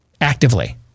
actively